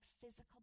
physical